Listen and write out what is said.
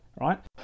Right